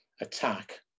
attack